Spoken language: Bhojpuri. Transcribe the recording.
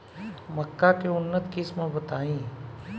मक्का के उन्नत किस्म बताई?